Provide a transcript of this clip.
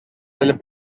del